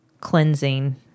cleansing